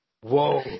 Whoa